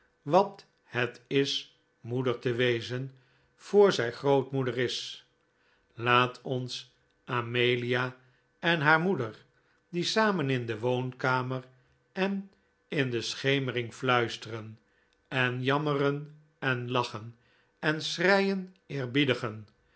wat het is moeder te wezen voor zij grootmoeder is laat ons amelia en haar moeder die samen in de woonkamer en in de schemering fluisteren en jammeren en lachen en schreien